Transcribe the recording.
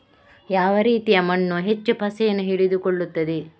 ಯಾವ ರೀತಿಯ ಮಣ್ಣು ಹೆಚ್ಚು ಪಸೆಯನ್ನು ಹಿಡಿದುಕೊಳ್ತದೆ?